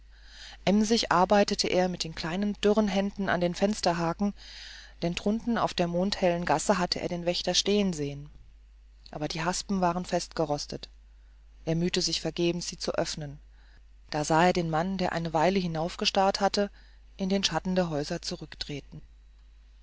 emsig arbeitete er mit den kleinen dürren händen an dem fensterhaken denn drunten auf der mondhellen gasse hatte er den wächter stehen sehen aber die haspen waren festgerostet er bemühte sich vergebens sie zu öffnen da sah er den mann der eine weile hinaufgestarrt hatte in den schatten der häuser zurücktreten